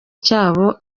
cyabo